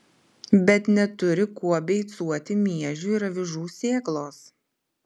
bet neturi kuo beicuoti miežių ir avižų sėklos